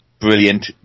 Brilliant